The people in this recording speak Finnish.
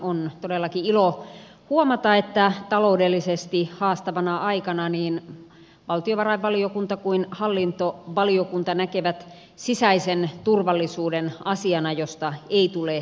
on todellakin ilo huomata että taloudellisesti haastavana aikana niin valtiovarainvaliokunta kuin hallintovaliokunta näkevät sisäisen turvallisuuden asiana josta ei tule tinkiä